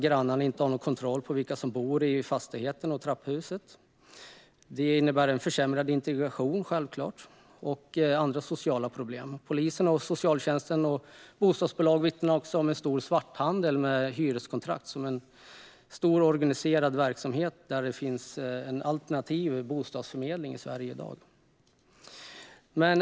Grannarna har ingen kontroll på vilka som bor i fastigheten och rör sig i trapphuset. Det innebär självklart försämrad integration och andra sociala problem. Polisen, socialtjänsten och bostadsbolag vittnar också om en omfattande svarthandel med hyreskontrakt som organiserad verksamhet. Det finns en alternativ bostadsförmedling i Sverige i dag.